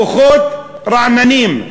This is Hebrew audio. כוחות רעננים,